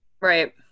Right